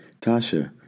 Tasha